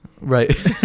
Right